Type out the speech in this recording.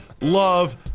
love